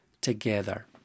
together